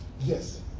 Yes